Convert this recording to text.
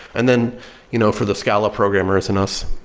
and then you know for the scala programmers in us,